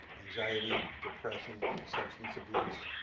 anxiety, depression, substance abuse,